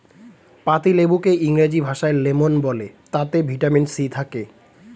পাতিলেবুকে ইংরেজি ভাষায় লেমন বলে তাতে ভিটামিন সি থাকে